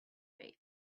fate